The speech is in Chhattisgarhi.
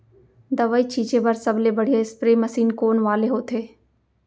दवई छिंचे बर सबले बढ़िया स्प्रे मशीन कोन वाले होथे?